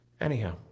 Anyhow